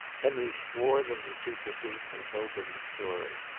henry swore them to secrecy, and told them the story.